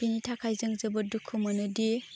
बेनि थाखाय जों जोबोद दुखु मोनोदि